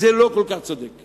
זה לא כל כך צודק.